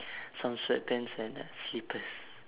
some sweatpants and uh slippers